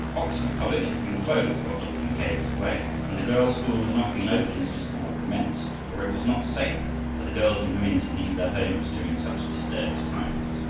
oxford college had been closed while dr. mackay was away, and the girls' school had not been opened since the war commenced, for it was not safe for the girls and women to leave their homes during such disturbed times.